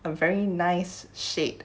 a very nice shade